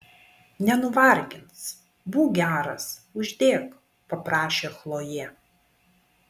nenuvargins būk geras uždėk paprašė chlojė